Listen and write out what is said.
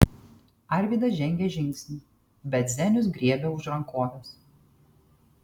arvydas žengė žingsnį bet zenius griebė už rankovės